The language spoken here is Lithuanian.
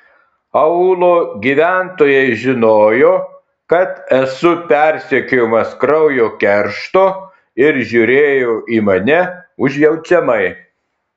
aūlo gyventojai žinojo kad esu persekiojamas kraujo keršto ir žiūrėjo į mane užjaučiamai